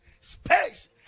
space